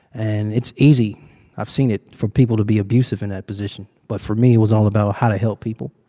and it's easy i've seen it for people to be abusive in that position. but, for me, it was all about how to help people,